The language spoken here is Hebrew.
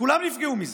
כולם נפגעו מזה.